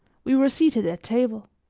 we were seated at table.